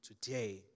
today